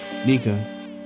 Nika